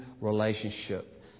relationship